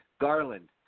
Garland